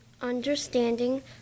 understanding